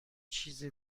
چیز